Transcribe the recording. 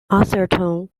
atherton